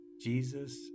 Jesus